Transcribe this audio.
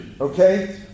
Okay